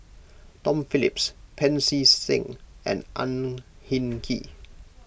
Tom Phillips Pancy Seng and Ang Hin Kee